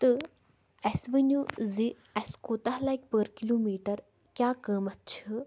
تہٕ اسہِ ؤنِو زِ اسہِ کوٗتاہ لگہِ پٔر کِلوٗ میٖٹر کیٛاہ قۭمَتھ چھُ